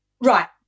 Right